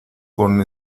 con